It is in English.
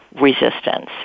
resistance